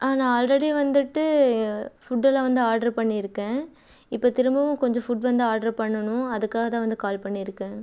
நான் ஆல்ரெடி வந்துவிட்டு ஃபுட்டெல்லாம் வந்து ஆட்ரு பண்ணிருக்கேன் இப்போ திரும்பவும் கொஞ்சம் ஃபுட் வந்து ஆட்ரு பண்ணணும் அதுக்காக தான் வந்து கால் பண்ணிருக்கேன்